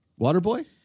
Waterboy